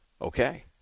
Okay